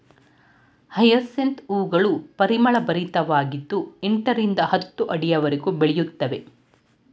hyacinth ಹೂಗಳು ಪರಿಮಳಭರಿತವಾಗಿದ್ದು ಎಂಟರಿಂದ ಹತ್ತು ಅಡಿಯವರೆಗೆ ಬೆಳೆಯುತ್ತವೆ